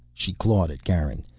she clawed at garin.